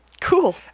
Cool